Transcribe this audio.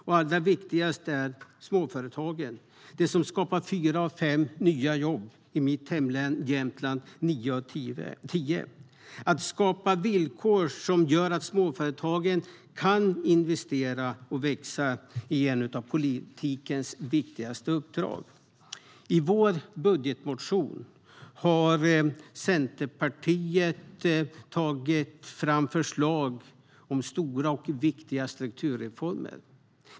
Och allra viktigaste är småföretagen, de som skapar fyra av fem nya jobb och i mitt hemlän Jämtland nio av tio. Att skapa villkor som gör att småföretagen kan investera och växa är ett av politikens viktigaste uppdrag. I vår budgetmotion har vi tagit fram förslag om stora och viktiga strukturreformer.